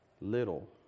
little